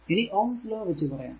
ഇനി Ohm's law വച്ച് പറയാം